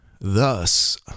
thus